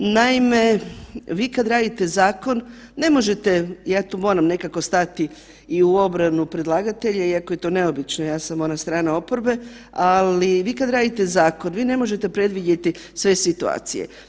Naime, vi kad radite zakon ne možete, ja tu moram nekako stati i u obranu predlagatelja iako je to neobično ja sam ona stran oporbe, ali vi kad radite zakon vi ne možete predvidjeti sve situacije.